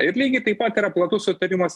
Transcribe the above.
ir lygiai taip pat yra platus sutarimas